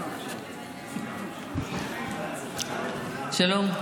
יש 19 סעיפים --- שלום.